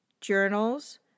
journals